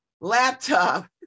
laptop